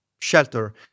shelter